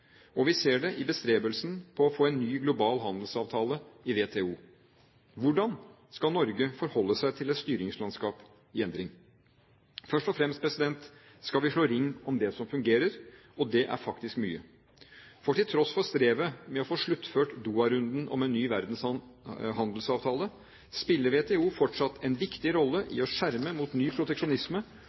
Og vi ser det i bestrebelsene for å få til en ny global handelsavtale i WTO. Hvordan skal Norge forholde seg til et styringslandskap i endring? Først og fremst skal vi slå ring om det som fungerer, og det er faktisk mye. For til tross for strevet med å få sluttført Doha-runden om en ny handelsavtale, spiller WTO fortsatt en viktig rolle i å skjerme mot ny proteksjonisme